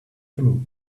through